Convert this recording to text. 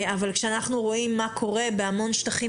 אבל כשאנחנו רואים מה קורה בהמון שטחים